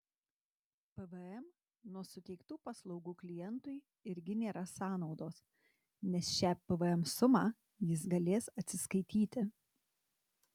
pvm nuo suteiktų paslaugų klientui irgi nėra sąnaudos nes šią pvm sumą jis galės atskaityti